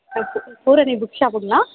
சூரரை book ஷாப்புங்களா